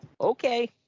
Okay